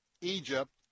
Egypt